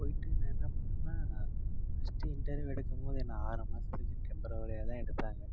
போய்ட்டு நான் என்ன பண்ணேன்னா ஃபர்ஸ்ட்டு இன்டர்வியூ எடுக்கும் போது என்ன ஆறு மாதத்துக்கு டெம்பரவரியாக தான் எடுத்தாங்க